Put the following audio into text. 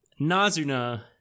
Nazuna